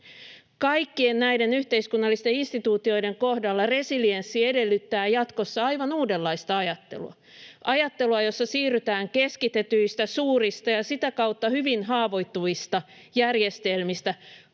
Kaikkien näiden yhteiskunnallisten instituutioiden kohdalla resilienssi edellyttää jatkossa aivan uudenlaista ajattelua, ajattelua, jossa siirrytään keskitetyistä, suurista ja sitä kautta hyvin haavoittuvista järjestelmistä